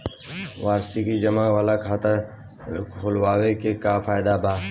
वार्षिकी जमा वाला खाता खोलवावे के का फायदा बा?